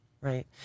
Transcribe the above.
right